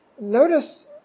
notice